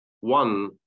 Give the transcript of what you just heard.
One